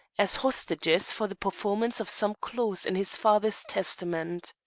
as hostages for the performance of some clause in his father's testament.